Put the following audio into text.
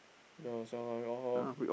you yourself lor